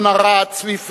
רון ארד, צבי פלדמן,